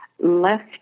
left